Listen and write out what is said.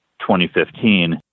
2015